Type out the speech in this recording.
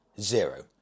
zero